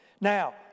Now